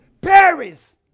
Paris